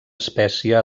espècie